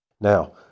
Now